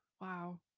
Wow